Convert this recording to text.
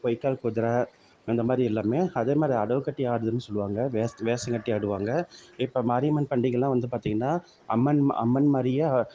பொய்க்கால் குதிரை அந்தமாதிரி எல்லாம் அதேமாதிரி அடவு கட்டி ஆடுறதுன்னு சொல்வாங்க வேஷங்கட்டி ஆடுவாங்க இப்போ மாரியம்மன் பண்டிகைலாம் வந்து பார்த்திங்கன்னா அம்மன் அம்மன் மாதிரியே